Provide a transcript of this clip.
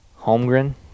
Holmgren